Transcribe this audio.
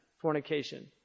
fornication